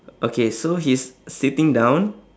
okay so he's sitting down